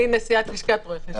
היא נשיאת לשכת רואי החשבון.